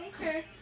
Okay